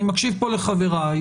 אני מקשיב פה לחבריי,